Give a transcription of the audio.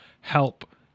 help